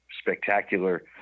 spectacular